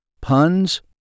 Puns